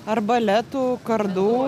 arbaletų kardų